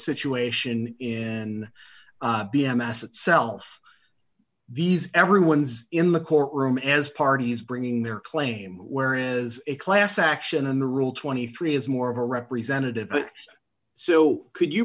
situation in b m s itself these everyone's in the courtroom as parties bringing their claim where is a class action and the rule twenty three is more of a representative so could you